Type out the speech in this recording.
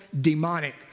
demonic